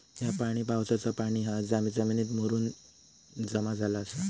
ह्या पाणी पावसाचा पाणी हा जा जमिनीत मुरून जमा झाला आसा